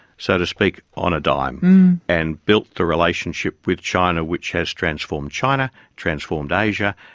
so to speak, on a dime and built the relationship with china which has transformed china, transformed asia,